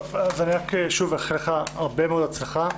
שוב, רק לאחל לך הרבה מאוד הצלחה.